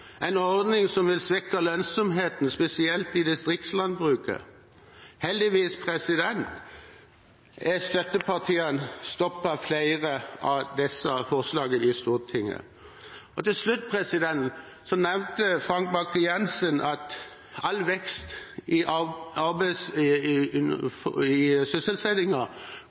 en ordning som vil svekke lønnsomheten spesielt i distriktslandbruket. Heldigvis har støttepartiene stoppet flere av disse forslagene i Stortinget. Til slutt: Representanten Frank Bakke-Jensen nevnte at all vekst i